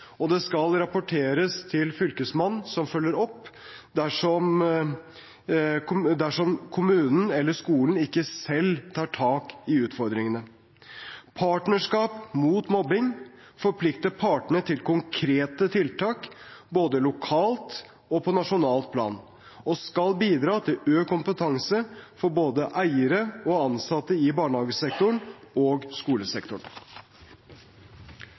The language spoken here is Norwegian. og det skal rapporteres til Fylkesmannen, som følger opp dersom kommunen eller skolen ikke selv tar tak i utfordringene. Partnerskap mot mobbing forplikter partene til konkrete tiltak, både lokalt og på nasjonalt plan, og skal bidra til økt kompetanse for både eiere og ansatte i barnehagesektoren og skolesektoren.